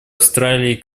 австралии